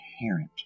inherent